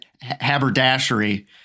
haberdashery